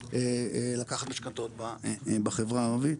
היכולת לקחת משכנתאות בחברה הערבית.